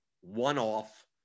one-off